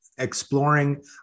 exploring